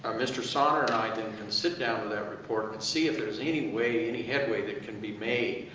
um mr. sonner and i then can sit down with that report and see if there's any way, any headway, that can be made.